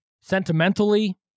Sentimentally